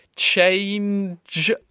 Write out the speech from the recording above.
Change